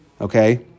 okay